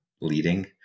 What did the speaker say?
leading